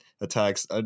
attacks